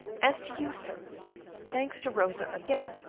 as to you, sir thanks to rosa again,